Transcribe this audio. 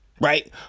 Right